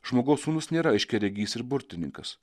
žmogaus sūnus nėra aiškiaregys ir burtininkas